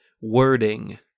Wording